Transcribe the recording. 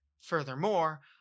Furthermore